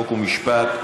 חוק ומשפט.